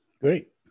Great